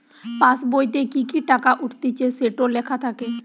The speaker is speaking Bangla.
পাসবোইতে কি কি টাকা উঠতিছে সেটো লেখা থাকে